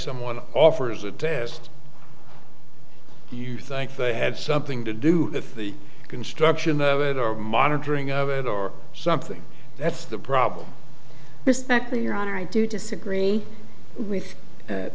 someone offers a test i think they had something to do with the construction of it or monitoring of it or something that's the problem respect or your honor i do disagree with